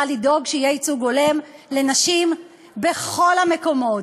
לדאוג שיהיה ייצוג הולם לנשים בכל המקומות.